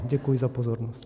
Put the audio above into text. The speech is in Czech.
Děkuji za pozornost.